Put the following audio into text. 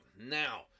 Now